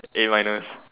A minus